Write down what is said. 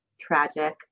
tragic